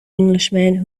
englishman